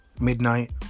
midnight